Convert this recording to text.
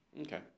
Okay